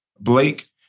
Blake